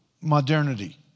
modernity